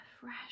fresh